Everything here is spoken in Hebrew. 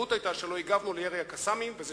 הטעות היתה שלא הגבנו לירי ה'קסאמים' וזה